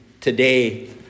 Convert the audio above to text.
today